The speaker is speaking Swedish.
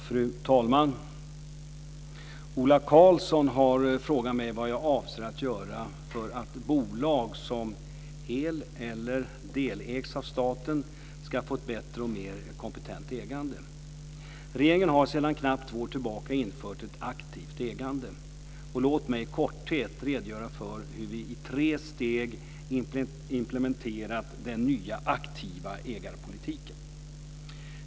Fru talman! Ola Karlsson har frågat mig vad jag avser att göra för att bolag som hel eller delägs av staten ska få ett bättre och mer kompetent ägande. Regeringen har sedan knappt två år tillbaka infört ett aktivt ägande. Låt mig i korthet redogöra för hur vi i tre steg implementerat den nya, aktiva, ägarpolitiken.